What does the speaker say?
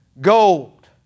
gold